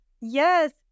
Yes